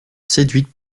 séduite